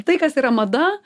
tai kas yra mada